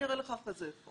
אני אראה לך אחר כך איפה.